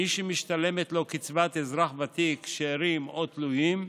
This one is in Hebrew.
מי שמשתלמת לו קצבת אזרח ותיק, שאירים או תלויים,